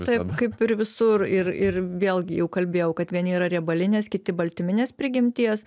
taip kaip ir visur ir ir vėlgi jau kalbėjau kad vieni yra riebalinės kiti baltyminės prigimties